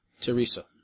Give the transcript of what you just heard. Teresa